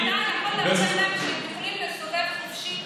אתה יכול לומר שהם יכולים להסתובב חופשי,